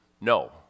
no